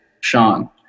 Sean